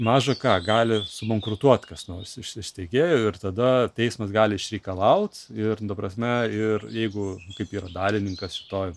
maža ką gali subankrutuoti kas nors iš iš steigėjų ir tada teismas gali išreikalaut ir ta prasme ir jeigu kaip yra dalininkas šitoj